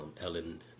Ellen